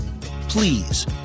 Please